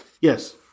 yes